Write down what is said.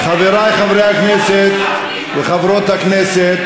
הולכים להחרים את מדינת ישראל ואת אזרחי מדינת ישראל.